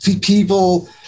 people